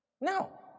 No